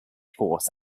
force